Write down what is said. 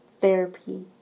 therapy